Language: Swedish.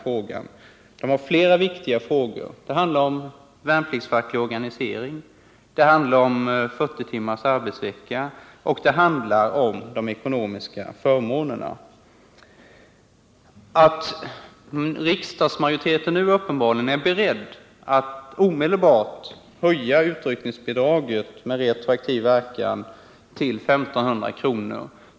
Värnpliktsriksdagen tar upp flera viktiga frågor: värnpliktsfacklig organisering, 40-timmars arbetsvecka och de ekonomiska förmånerna. Att riksdagsmajoriteten nu uppenbarligen är beredd att omedelbart, med retroaktiv verkan, höja utryckningsbidraget till I 500 kr.